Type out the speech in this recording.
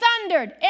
thundered